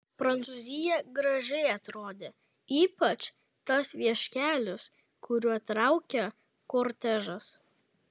prancūzija gražiai atrodė ypač tas vieškelis kuriuo traukė kortežas